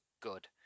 good